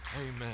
Amen